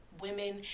women